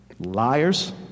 liars